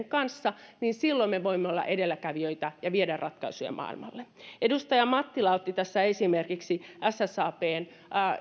kanssa niin silloin me voimme olla edelläkävijöitä ja viedä ratkaisuja maailmalle edustaja mattila otti tässä esimerkiksi ssabn